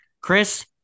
Chris